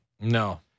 No